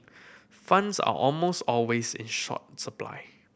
funds are almost always in short supply